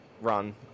run